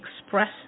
express